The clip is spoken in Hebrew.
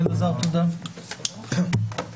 הישיבה ננעלה בשעה 13:40.